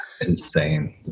insane